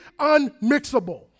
unmixable